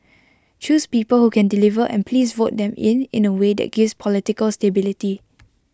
choose people who can deliver and please vote them in in A way that gives political stability